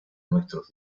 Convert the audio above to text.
nuestros